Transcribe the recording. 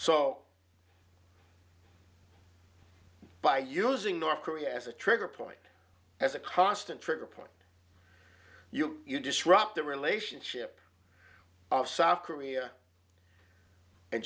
so by using north korea as a trigger point as a constant trigger point you you disrupt the relationship of south korea and